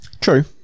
True